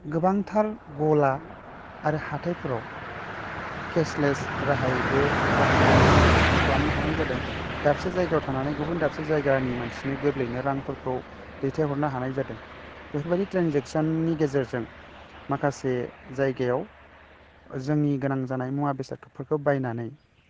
गोबांथार गला आरो हाथाइफोराव केस लेस राहायैबो रांफोरनि ट्रेनजेकसन खालामनो हानाय जादों दाबसे जादगायाव थानानै गुबुन दाबसे जायगानि मानसिनो गोरलैयैनो रांफोरखौ दैथाय हरनो हानाय जादों बेफोर बायदि ट्रेनजेकसननि गेजोरजों माखासे जायगायाव जोंनि गोनां मुवा बेसादफोरखौ बायनानै